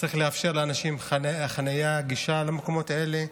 וצריך לאפשר לאנשים חניה וגישה למקומות האלה,